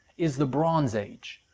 is the bronze age,